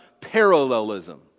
parallelism